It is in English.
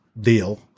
deal